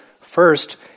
first